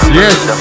yes